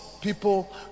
people